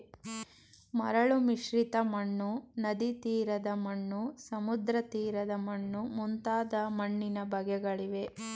ಮರಳು ಮಿಶ್ರಿತ ಮಣ್ಣು, ನದಿತೀರದ ಮಣ್ಣು, ಸಮುದ್ರತೀರದ ಮಣ್ಣು ಮುಂತಾದ ಮಣ್ಣಿನ ಬಗೆಗಳಿವೆ